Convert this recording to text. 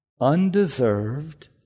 undeserved